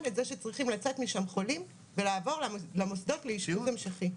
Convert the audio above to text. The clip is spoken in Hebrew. את זה שצריכים לצאת משם חולים ולעבור למוסדות לאשפוז המשכי.